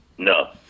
No